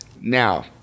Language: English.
Now